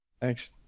Thanks